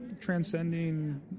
transcending